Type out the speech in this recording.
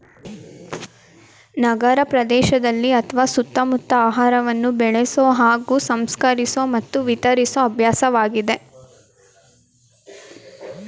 ನಗರಪ್ರದೇಶದಲ್ಲಿ ಅತ್ವ ಸುತ್ತಮುತ್ತ ಆಹಾರವನ್ನು ಬೆಳೆಸೊ ಹಾಗೂ ಸಂಸ್ಕರಿಸೊ ಮತ್ತು ವಿತರಿಸೊ ಅಭ್ಯಾಸವಾಗಿದೆ